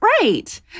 right